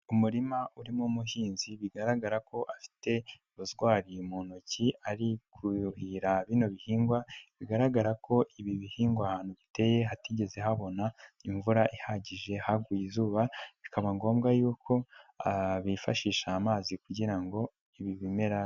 Umurima urimo umuhinzi, bigaragara ko afite ubutwari mu ntoki ari kuhira bino bihingwa, bigaragara ko ibi bihingwa ahantu biteye hatigeze habona imvura ihagije haguye izuba, bikaba ngombwa yuko bifashisha amazi kugira ngo ibi bimera.